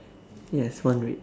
yes one red